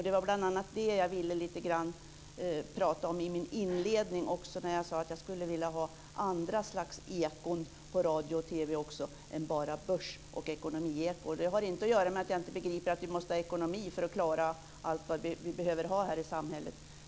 Det var bl.a. det som jag ville prata lite grann om i min inledning, när jag sade att jag skulle vilja ha andra slags ekon på radio och TV än bara börs och ekonomieko. Det har inte att göra med att jag inte begriper att vi måste ha ekonomi för att klara allt vad vi behöver ha här i samhället.